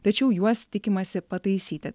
tačiau juos tikimasi pataisyti